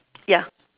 ya